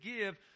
give